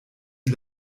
die